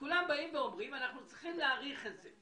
כולם באים ואומרים: אנחנו צריכים להאריך את זה.